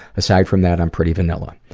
aside from that, i'm pretty vanilla.